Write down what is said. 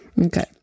Okay